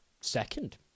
second